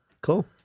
Cool